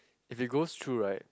if it goes through right